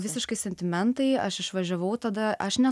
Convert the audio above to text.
visiškai sentimentai aš išvažiavau tada aš ne